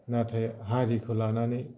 नाथाय हारिखो लानानै